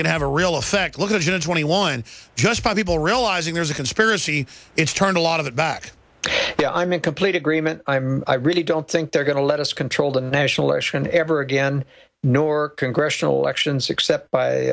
can have a real effect look at twenty one just by people realizing there's a conspiracy it's turned a lot of it back yeah i'm in complete agreement i really don't think they're going to let us controlled a national election ever again nor congressional elections except by